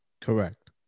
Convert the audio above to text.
correct